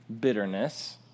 bitterness